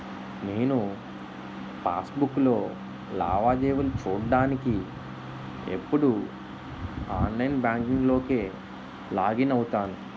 నేను పాస్ బుక్కులో లావాదేవీలు చూడ్డానికి ఎప్పుడూ ఆన్లైన్ బాంకింక్ లోకే లాగిన్ అవుతాను